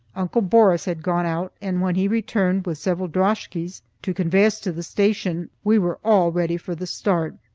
uncle borris had gone out, and when he returned with several droskies to convey us to the station, we were all ready for the start.